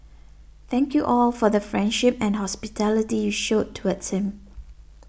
thank you all for the friendship and hospitality you showed towards him